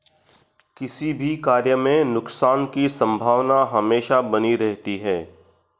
किसी भी कार्य में नुकसान की संभावना हमेशा बनी रहती है